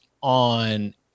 on